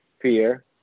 Fear